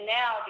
now